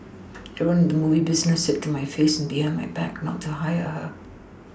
everyone in the movie business said to my face and behind my back not to hire her